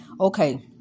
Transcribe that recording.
Okay